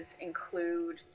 include